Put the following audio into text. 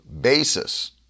basis